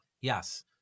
Yes